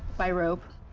by rope,